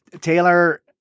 Taylor